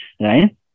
right